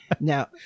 Now